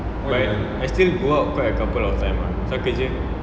I still go out quite a couple of time lah pasal kerja